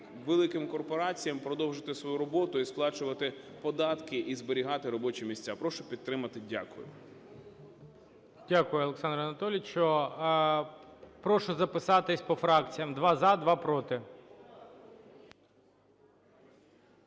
великим корпораціям продовжити свою роботу і сплачувати податки, і зберігати робочі місця. Прошу підтримати. Дякую. ГОЛОВУЮЧИЙ. Дякую, Олександре Анатолійовичу. Прошу записатись по фракціях: два – за, два – проти.